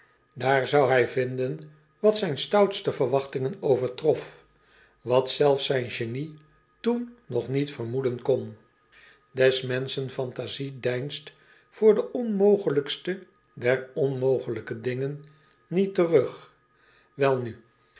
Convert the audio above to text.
daar zou hij vinden wat zijne stoutste verwachtingen overtrof wat zelfs zijn genie toen nog niet vermoeden kon es menschen fantasie deinst voor de onmogelijkste der onmogelijke dingen niet terug elnu